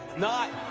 not.